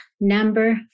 number